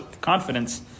confidence